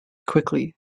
quickly